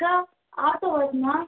sir auto வருமா